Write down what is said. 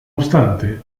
obstante